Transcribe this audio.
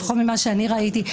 לפחות ממה שאני ראיתי,